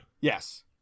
Yes